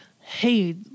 hey